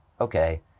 okay